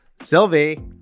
Sylvie